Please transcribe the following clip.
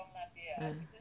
ah